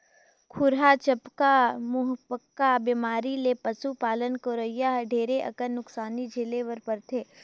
खुरहा चपका, मुहंपका बेमारी ले पसु पालन करोइया ल ढेरे अकन नुकसानी झेले बर परथे